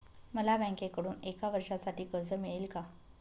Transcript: मला बँकेकडून एका वर्षासाठी कर्ज मिळेल का?